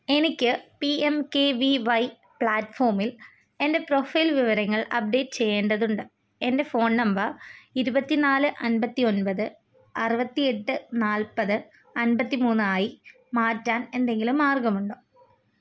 എനിക്ക് P M K V Y പ്ലാറ്റ്ഫോമിൽ എൻ്റെ പ്രൊഫൈൽ വിവരങ്ങൾ അപ്ഡേറ്റ് ചെയ്യേണ്ടതുണ്ട് എൻ്റെ ഫോൺ നമ്പർ ഇരുപത്തിനാല് അൻപത്തി ഒൻപത് അറുപത്തിയെട്ട് നാൽപ്പത് അമ്പത്തി മൂന്ന് ആയി മാറ്റാൻ എന്തെങ്കിലും മാർഗ്ഗമുണ്ടോ